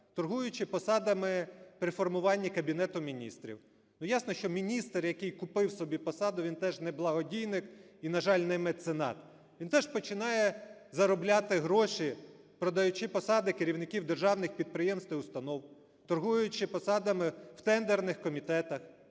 торгуючи посадами при формуванні Кабінету Міністрів. Ну, ясно, що міністр, який купив собі посаду, він теж не благодійник і, на жаль, не меценат. Він теж починає заробляти гроші, продаючи посади керівників державних підприємств і установ, торгуючи посадами в тендерних комітетах,